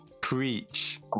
Preach